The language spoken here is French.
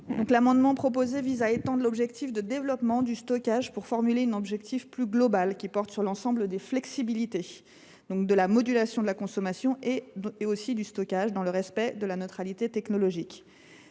amendement vise à étendre l’objectif de développement du stockage pour formuler un objectif plus global portant sur l’ensemble des flexibilités de la modulation de la consommation et du stockage, dans le respect de la neutralité technologique.